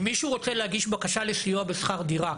אם מישהו רוצה להגיש בקשה לסיוע בשכר דירה